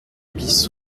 bis